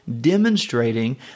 demonstrating